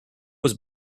was